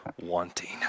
wanting